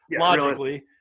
logically